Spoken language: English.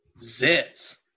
zits